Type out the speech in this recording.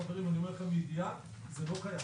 חברים, אני אומר לכם מידיעה: זה לא קיים.